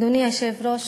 אדוני היושב-ראש,